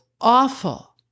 awful